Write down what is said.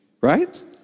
right